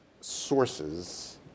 sources